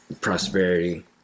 prosperity